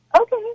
Okay